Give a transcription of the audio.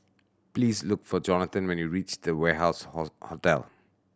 please look for Johathan when you reach The Warehouse horse Hotel